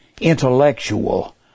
intellectual